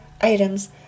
items